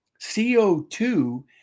CO2